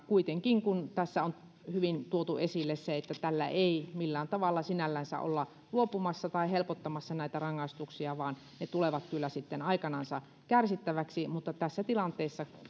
kuitenkin kuten tässä on hyvin tuotu esille tällä ei millään tavalla sinällänsä olla luopumassa näistä tai helpottamassa näitä rangaistuksia vaan ne tulevat kyllä sitten aikanansa kärsittäviksi mutta tässä tilanteessa